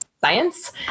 science